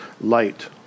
light